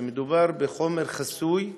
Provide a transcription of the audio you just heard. כשמדובר בחומר חסוי,